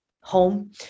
home